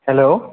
hello